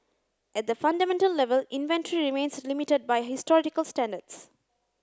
at the fundamental level inventory remains limited by historical standards